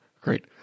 Great